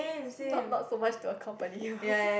not not so much to accompany her